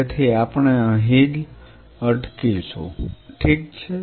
તેથી આપણે અહીં જ અટકીશું ઠીક છે